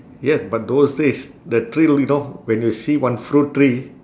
yes but those days the thrill you know when you see one fruit tree